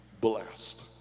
blessed